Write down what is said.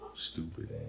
stupid